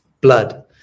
blood